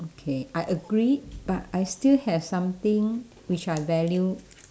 okay I agree but I still have something which I value